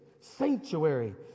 sanctuary